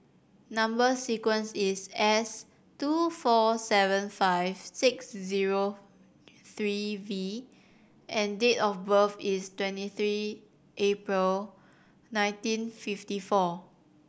number sequence is S two four seven five six zero three V and date of birth is twenty three April nineteen fifty four